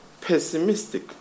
pessimistic